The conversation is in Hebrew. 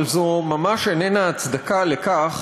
אבל זו ממש איננה הצדקה לכך